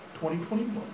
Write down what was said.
2021